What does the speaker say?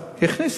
הכניסה.